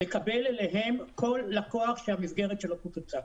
לקבל אליהן כל לקוח שהמסגרת שלו קוצצה.